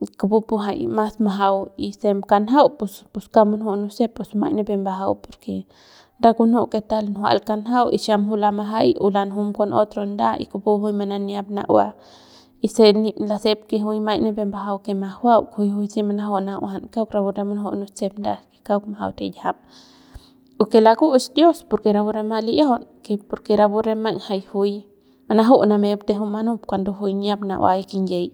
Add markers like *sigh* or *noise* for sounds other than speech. y kupu jay mas majau y se kanjau pus pus kauk munuju munusep pus maiñ nipep mbajau porque nda kunju que tal njual kanjau y xiam juy lamajay o lanjum con otro nda y mananiap na'ua y se lasep que juy maiñ nipep mbajau que majuau kujuy juy se manaju'u na'uajan kauk rapu re munujuꞌu nusep nda que kauk majau tiyiajam *noise* o que laku'uts dios porque rapu re mas li'iajaun y porque rapu maiñ jay juy manaju'u manamep de juy manup cuando niap na'uay kinyiey.